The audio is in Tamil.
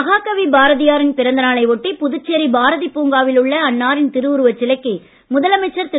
மகாகவி பாரதியாரின் பிறந்தநாளை ஒட்டி புதுச்சேரி பாரதி பூங்காவில் உள்ள அன்னாரின் திருவுருவச் சிலைக்கு முதலமைச்சர் திரு